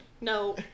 No